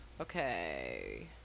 Okay